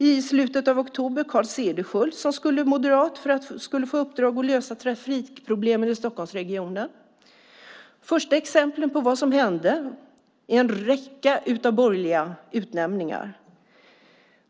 I slutet av oktober utsågs Carl Cederschiöld, moderat. Han skulle få i uppdrag att lösa trafikproblemen i Stockholmsregionen. De första exemplen på vad som hände är en räcka av borgerliga utnämningar.